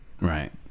right